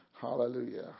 Hallelujah